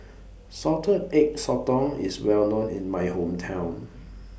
Salted Egg Sotong IS Well known in My Hometown